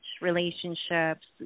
Relationships